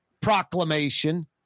proclamation